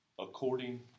according